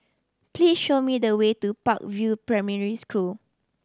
please show me the way to Park View Primary School